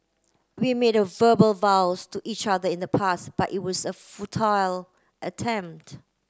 we made a verbal vows to each other in the past but it was a futile attempt